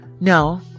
No